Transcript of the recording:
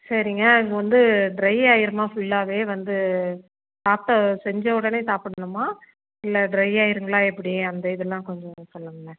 சரிங்க அது வந்து ட்ரை ஆகிருமா ஃபுல்லாவே வந்து சாப்பிட்ட செஞ்ச உடனே சாப்பிட்ணுமா இல்லை ட்ரை ஆகிருங்களா எப்படி அந்த இதெல்லாம் கொஞ்சம் சொல்லுங்களேன்